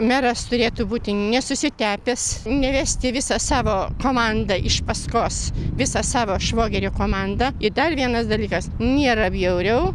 meras turėtų būti nesusitepęs ne vesti visą savo komandą iš paskos visą savo švogerio komandą į dar vienas dalykas nėra bjauriau